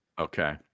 Okay